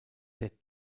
der